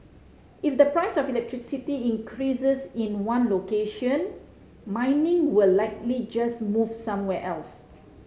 if the price of electricity increases in one location mining will likely just move somewhere else